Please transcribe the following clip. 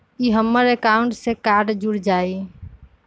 ई हमर अकाउंट से कार्ड जुर जाई?